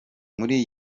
muri